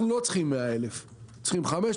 אנחנו לא צריכים 100,000; אנחנו צריכים 5,000,